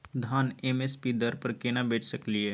धान M S P दर पर केना बेच सकलियै?